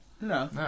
no